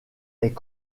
est